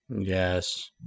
Yes